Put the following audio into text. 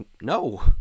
no